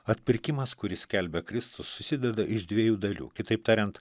atpirkimas kurį skelbia kristus susideda iš dviejų dalių kitaip tariant